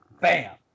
bam